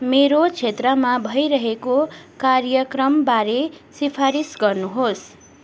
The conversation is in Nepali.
मेरो क्षेत्रमा भइरहेको कार्यक्रमबारे सिफारिस गर्नुहोस्